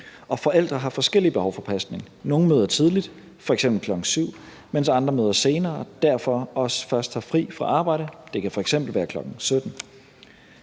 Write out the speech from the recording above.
forældre har forskellige behov for pasning; nogle møder tidligt, f.eks. kl. 7.00, mens andre møder senere og derfor også først har fri fra arbejde senere, f.eks. kl. 17.00.